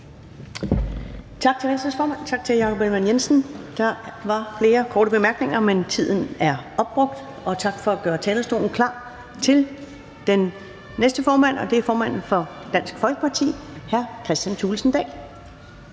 Tak til Venstres formand, tak til hr. Jakob Ellemann-Jensen. Der er flere korte bemærkninger, men tiden er opbrugt. Tak for at gøre talerstolen klar til den næste, og det er formanden for Dansk Folkeparti, hr. Kristian Thulesen Dahl.